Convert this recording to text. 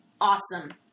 awesome